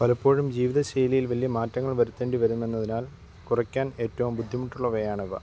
പലപ്പോഴും ജീവിതശൈലിയിൽ വലിയ മാറ്റങ്ങൾ വരുത്തേണ്ടി വരുമെന്നതിനാൽ കുറയ്ക്കാൻ ഏറ്റവും ബുദ്ധിമുട്ടുള്ളവയാണ് ഇവ